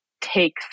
take